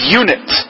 unit